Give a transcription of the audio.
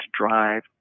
drive